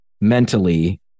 mentally